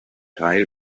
teil